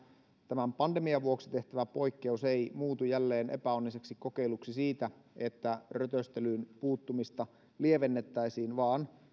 tämän pandemian vuoksi tehtävä poikkeus ei muutu jälleen epäonniseksi kokeiluksi siitä että rötöstelyyn puuttumista lievennettäisiin vaan